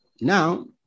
now